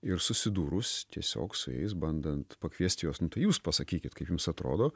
ir susidūrus tiesiog su jais bandant pakviesti juos nu tai jūs pasakykit kaip jums atrodo